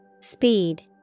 Speed